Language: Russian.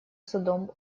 судом